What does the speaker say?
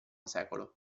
secolo